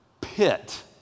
Pit